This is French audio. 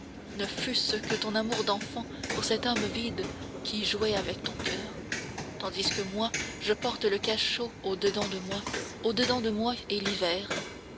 ne fût-ce que ton amour d'enfant pour cet homme vide qui jouait avec ton coeur tandis que moi je porte le cachot au dedans de moi au dedans de moi est l'hiver